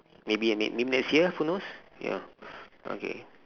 maybe maybe m~ next year who knows ya okay